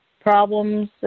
problems